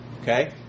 Okay